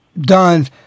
done